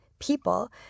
people